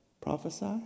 prophesy